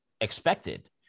expected